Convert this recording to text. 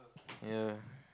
ya